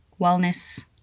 wellness